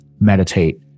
meditate